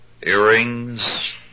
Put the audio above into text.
earrings